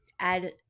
add